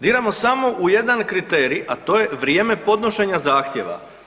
Diramo samo u jedan kriterij, a to je vrijeme podnošenje zahtjeva.